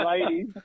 Ladies